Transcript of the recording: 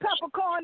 Peppercorn